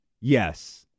Yes